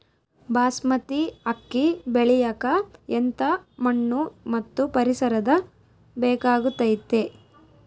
ಬಾಸ್ಮತಿ ಅಕ್ಕಿ ಬೆಳಿಯಕ ಎಂಥ ಮಣ್ಣು ಮತ್ತು ಪರಿಸರದ ಬೇಕಾಗುತೈತೆ?